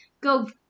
go